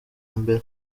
mbere